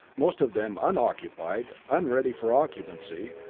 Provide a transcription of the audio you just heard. most of them unoccupied, unready for occupancy,